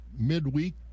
midweek